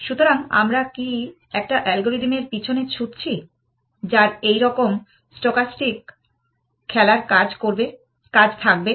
সুতরাং আমরা কি একটা অ্যালগরিদমের পিছনে ছুটছি যার এইরকম স্টোকাস্টিক খেলার কাজ থাকবে